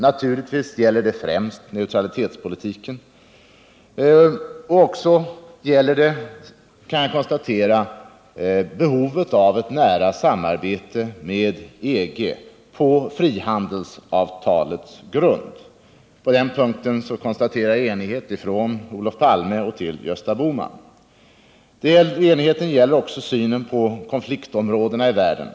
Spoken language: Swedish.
Naturligtvis gäller det främst neutralitetspolitiken. Men jag kan konstatera att det också gäller i fråga om behovet av ett nära samarbete med EG på frihandelsavtalets grund. På den punkten konstaterar jag enighet från Olof Palme till Gösta Bohman. Enigheten gäller också synen på konfliktområdena i världen.